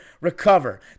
Recover